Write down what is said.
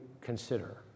consider